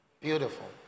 Beautiful